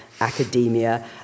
academia